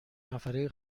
نفره